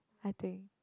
I think